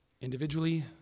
Individually